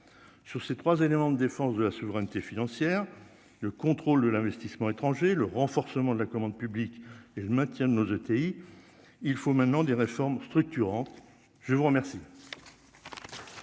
sur ces 3 éléments de défense de la souveraineté financière le contrôle de l'investissement étranger, le renforcement de la commande publique et le maintien de nos ETI, il faut maintenant des réformes structurantes, je vous remercie.